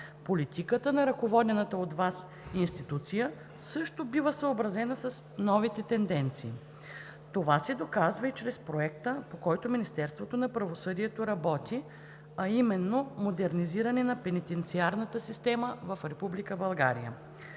политиката на ръководената от Вас институция също бива съобразена с новите тенденции. Това се доказва и чрез проекта, по който Министерството на правосъдието работи, а именно модернизиране на пенитенциарната система в Република България.